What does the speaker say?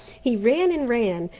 he ran and ran.